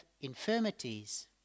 infirmities